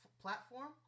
Platform